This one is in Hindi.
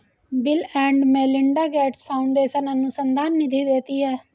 bill and Melinda Gates Foundation अनुसंधान निधि देती है